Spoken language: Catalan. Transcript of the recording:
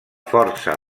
força